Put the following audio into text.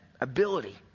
ability